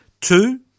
two